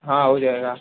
हाँ हो जाएगा